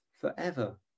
forever